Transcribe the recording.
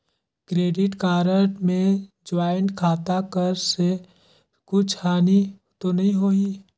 Credit card मे joint खाता कर से कुछ हानि तो नइ होही?